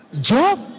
job